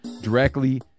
directly